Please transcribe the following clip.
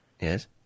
Yes